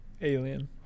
Alien